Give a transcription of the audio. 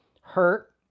hurt